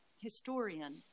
historian